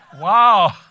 Wow